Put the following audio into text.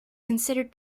considered